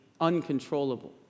uncontrollable